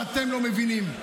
ואתם לא מבינים.